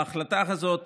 ההחלטה הזאת